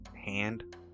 Hand